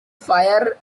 fire